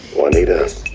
what he does?